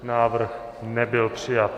Návrh nebyl přijat.